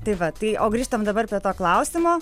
tai va tai o grįžtam dabar prie to klausimo